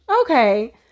okay